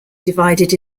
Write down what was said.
divided